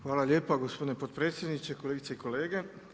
Hvala lijepa gospodine potpredsjedniče, kolegice i kolege.